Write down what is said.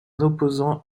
opposant